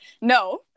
No